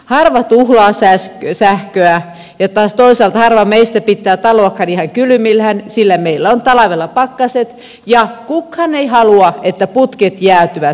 harva tuhlaa sähköä ja taas toisaalta harva meistä pitää taloakaan ihan kylmillään sillä meillä on talvella pakkaset ja kukaan ei halua että putket jäätyvät